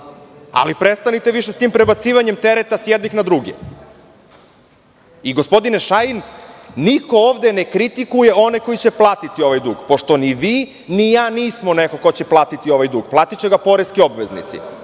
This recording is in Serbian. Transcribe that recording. ali prestanite više s tim prebacivanjem tereta s jednih na druge. Gospodine Šajn, niko ovde ne kritikuje one koji će platiti ovaj dug pošto ni vi ni ja nismo neko ko će platiti ovaj dug. Platiće ga poreski obveznici